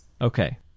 Okay